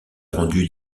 rendue